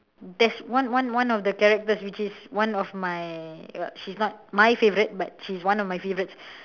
there's one one one one of the characters which is one of my err she is not my favorite but she is one of my favorites